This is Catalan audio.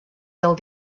del